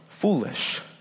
foolish